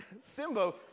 Simbo